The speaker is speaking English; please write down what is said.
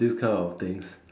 this kind of things